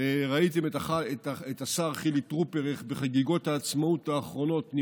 ראיתם איך בחגיגות העצמאות האחרונות השר